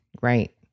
Right